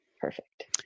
perfect